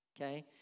Okay